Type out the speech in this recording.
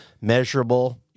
measurable